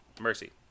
Mercy